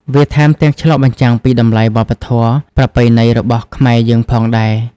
វាថែមទាំងឆ្លុះបញ្ចាំងពីតម្លៃវប្បធម៌ប្រពៃណីរបស់ខ្មែរយើងផងដែរ។